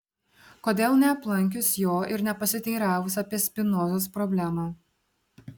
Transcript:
kodėl neaplankius jo ir nepasiteiravus apie spinozos problemą